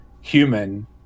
human